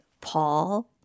Paul